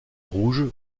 rouge